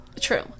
True